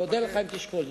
ואודה לך אם תשקול זאת.